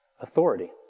authority